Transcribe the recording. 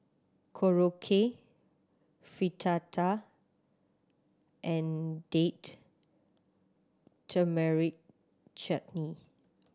Korokke Fritada and Date Tamarind Chutney